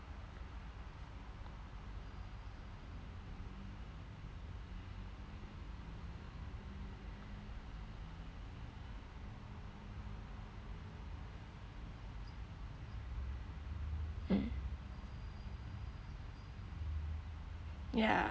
uh yeah